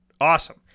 awesome